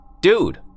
Dude